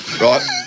right